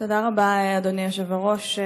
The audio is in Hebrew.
תודה רבה, אדוני היושב-ראש.